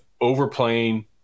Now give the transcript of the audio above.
overplaying